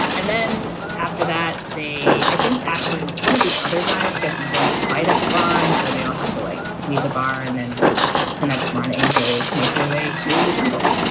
and then after that, they i think actually one of the other guys gets into like a fight at the bar. and so they all have to like leave the bar. and then the next morning they make their way to the jungle.